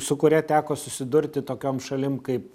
su kuria teko susidurti tokiom šalim kaip